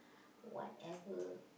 whatever